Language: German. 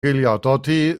ghilardotti